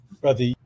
brother